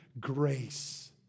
grace